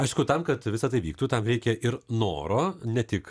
aišku tam kad visa tai vyktų tam reikia ir noro ne tik